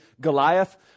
Goliath